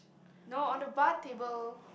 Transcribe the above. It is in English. no on the bar table